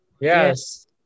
Yes